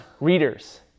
readers